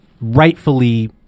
rightfully